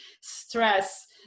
stress